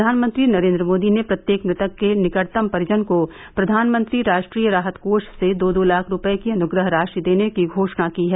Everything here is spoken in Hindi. प्रधानमंत्री नरेन्द्र मोदी ने प्रत्येक मृतक के निकटतम परिजन को प्रधानमंत्री राष्ट्रीय राहत कोष से दो दो लाख रुपये की अनुग्रह राशि देने की घोषणा की है